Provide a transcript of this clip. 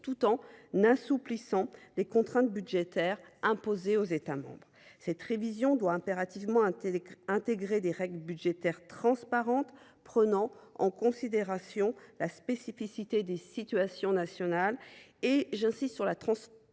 tout en assouplissant les contraintes budgétaires imposées aux États membres. Cette révision doit impérativement intégrer des règles budgétaires transparentes prenant en considération la spécificité des situations nationales. Sans une transparence